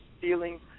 feeling